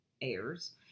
airs